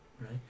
right